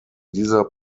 dieser